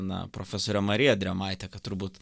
na profesorę mariją drėmaitę kad turbūt